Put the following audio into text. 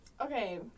Okay